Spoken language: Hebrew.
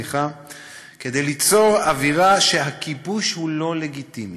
כדי ליצור אווירה שהכיבוש הוא לא לגיטימי.